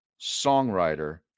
songwriter